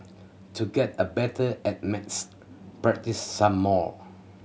to get a better at maths practise some more